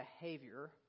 behavior